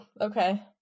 Okay